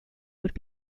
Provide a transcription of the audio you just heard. would